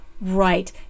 right